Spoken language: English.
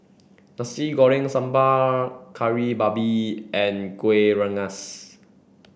Nasi Goreng Sambal Kari Babi and Kueh Rengas